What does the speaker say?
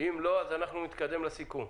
אם לא, אז אנחנו נתקדם לסיכום.